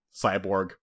Cyborg